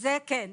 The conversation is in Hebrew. כן.